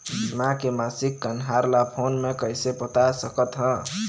बीमा के मासिक कन्हार ला फ़ोन मे कइसे पता सकत ह?